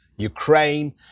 Ukraine